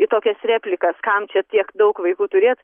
į tokias replikas kam čia tiek daug vaikų turėt